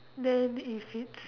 then it's